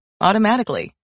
automatically